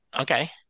Okay